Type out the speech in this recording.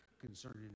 concerning